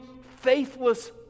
faithless